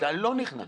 אוקיי,